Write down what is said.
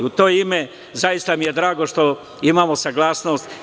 U to ime, zaista mi je drago što imamo saglasnost.